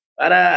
para